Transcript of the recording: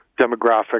demographic